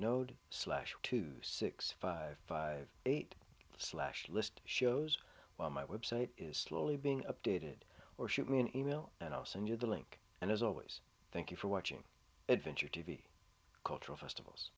node slash two six five five eight slash list shows while my website is slowly being updated or shoot me an email and i'll send you the link and as always thank you for watching adventure t v cultural festivals